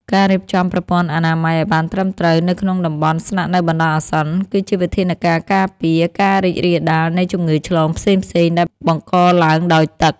ការរៀបចំប្រព័ន្ធអនាម័យឱ្យបានត្រឹមត្រូវនៅក្នុងតំបន់ស្នាក់នៅបណ្តោះអាសន្ន គឺជាវិធានការការពារការរីករាលដាលនៃជំងឺឆ្លងផ្សេងៗដែលបង្កឡើងដោយទឹក។